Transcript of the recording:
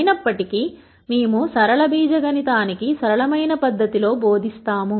అయినప్పటికీ మేము సరళ బీజగణితానికి సరళమైన పద్ధతి లో బోధిస్తాము